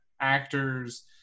actors